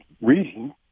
reading